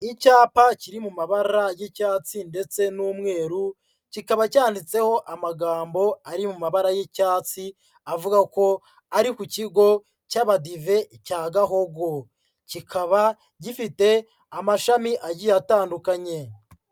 Icyapa kiri mu mabara y'icyatsi ndetse n'umweru kikaba cyanditseho amagambo ari mu mabara y'icyatsi avuga ko ari ku kigo cy'Abadive cya Gahogo, kikaba gifite amashami agiye atandukanye.